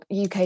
uk